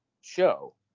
show